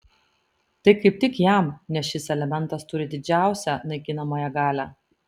tai kaip tik jam nes šis elementas turi didžiausią naikinamąją galią